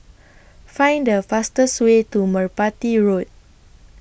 Find The fastest Way to Merpati Road